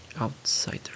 outsider